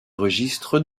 registres